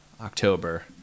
October